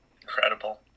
Incredible